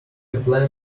plan